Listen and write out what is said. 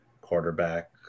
quarterback